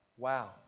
Wow